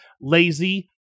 lazy